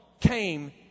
came